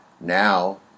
now